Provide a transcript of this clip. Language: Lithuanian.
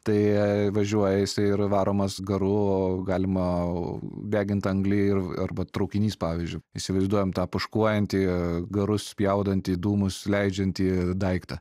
tai važiuoja jisai ir varomas garu galima degint anglį ir arba traukinys pavyzdžiui įsivaizduojam tą pūškuojantį garus spjaudantį dūmus leidžiantį daiktą